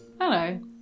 Hello